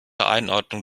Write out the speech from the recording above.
einordnung